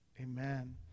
amen